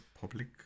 public